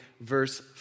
verse